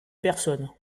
personnes